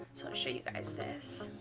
so i'll show you guys this,